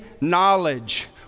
knowledge